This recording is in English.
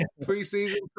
pre-season